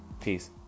Peace